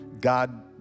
God